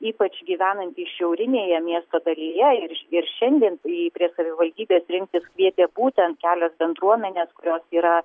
ypač gyvenantys šiaurinėje miesto dalyje ir ir šiandien į prie savivaldybės rinktis kvietė būtent kelios bendruomenės kurios yra